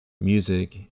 music